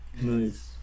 Nice